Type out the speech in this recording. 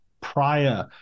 prior